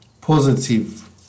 positive